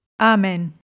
Amen